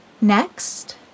Next